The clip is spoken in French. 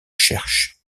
cherchent